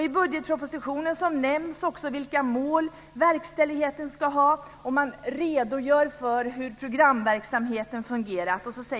I budgetpropositionen nämns också vilka mål som verkställigheten ska ha. Man redogör för hur programverksamheten fungerar.